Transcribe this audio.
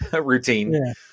Routine